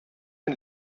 ein